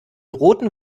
roten